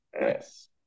Yes